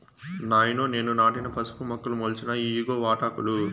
నాయనో నేను నాటిన పసుపు మొక్కలు మొలిచినాయి ఇయ్యిగో వాటాకులు